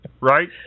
Right